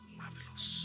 marvelous